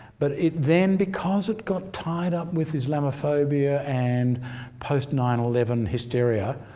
but it then, because it got tied up with islamophobia and post nine eleven hysteria,